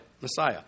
Messiah